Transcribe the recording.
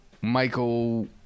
Michael